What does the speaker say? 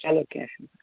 چلو کیٚنٛہہ چھُنہٕ